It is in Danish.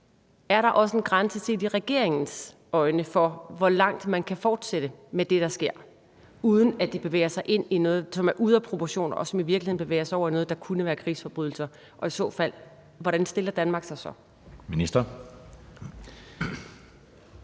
om der også set med regeringens øjne er en grænse for, hvor langt man kan fortsætte med det, der sker, uden at det bevæger sig ind i noget, som er ude af proportioner, og det i virkeligheden bevæger sig over i noget, som kunne være krigsforbrydelser, og i så fald, hvordan Danmark så